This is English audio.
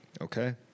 Okay